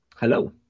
Hello